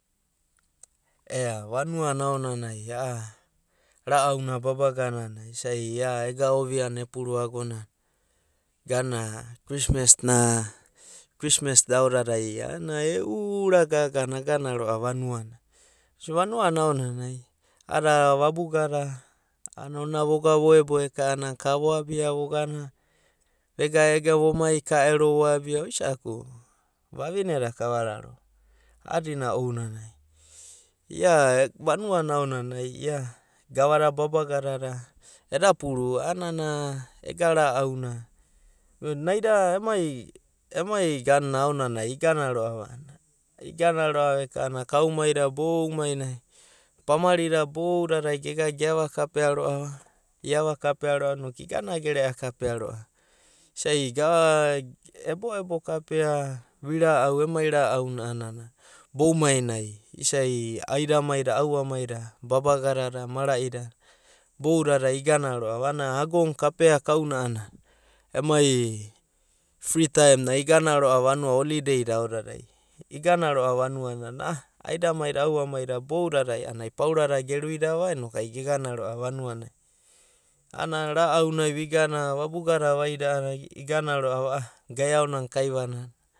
Ea vanuana aonanai a’a ra’au na baba ganana isai ia ega ovia na epuru agonana ganuna kristmas na krismas da aodadai e’u ura gagana vagana roar vanuana. Vanua na aonanai a’adada vabuga da a’anana onina vogana voebo eka’anai ka voabia vogana, vega vomai ka ero vo abia, oisa’aku vavine da kava rarova a’adina ounanai ia vanuana aonanai ia gava da babagada eda puru danana ega ra’au na, naida emai, emai ganuna aonanai iagana roa’va a’anana iagana roa’va eka’ananai kau mai da boumainai, pamili boudadai gegena ge’ava kapea roa’va, i’ava kapea roa’va noku igana gerea kapea roa’va iasai ebo ebo kapea vi ra’au emai ra’au na danana beumainai isai aida mai da auamai da, babaga dada, marai dada boudadai igana roa’va a’anana ago na kapea kauna anana emai frit aim nai igana roa’va no holiday nai igana roa’va vanuana aida mai da aua mai da boudadai a’anana ai paureda gerui da va noku ai gegana roa’va vanunanai. A’anana ra’au nai vigana vabuga da vaida a’anana igana roa’va gaia ona kaiue na nai